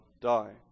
die